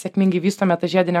sėkmingai vystome tą žiedinę